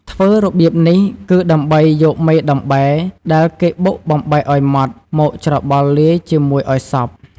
ធ្វើរបៀបនេះគឺដើម្បីយកមេដំបែដែលគេបុកបំបែកឲ្យម៉ត់ មកច្របល់លាយជាមួយឲ្យសព្វ ។